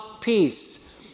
Peace